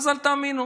אל תאמינו.